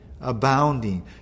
abounding